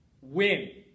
win